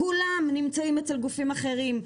כולם נמצאים אצל גופים אחרים,